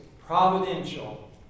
providential